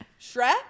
shrek